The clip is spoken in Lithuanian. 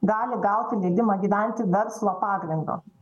gali gauti leidimą gyventi verslo pagrindu